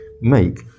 make